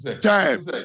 Time